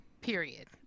period